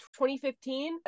2015